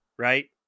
Right